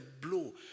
blow